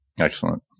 Excellent